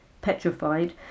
petrified